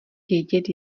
vědět